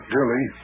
Dilly